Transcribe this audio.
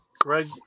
greg